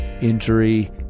injury